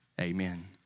Amen